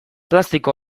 plastiko